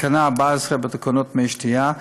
תקנה 14 בתקנות מי שתייה,